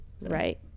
Right